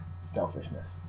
selfishness